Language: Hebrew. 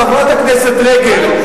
חברת הכנסת רגב,